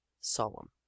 solemn